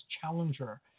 Challenger